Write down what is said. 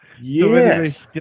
Yes